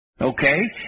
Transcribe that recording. Okay